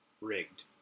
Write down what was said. rigged